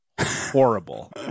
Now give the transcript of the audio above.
horrible